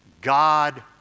God